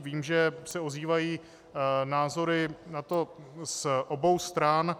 Vím, že se ozývají názory na to z obou stran.